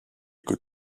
good